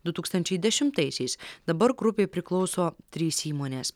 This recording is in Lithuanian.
du tūkstančiai dešimtaisiais dabar grupei priklauso trys įmonės